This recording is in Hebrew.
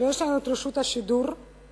שיש לנו רשות השידור בנפרד,